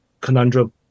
conundrum